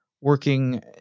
working